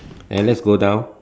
and let's go down